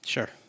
Sure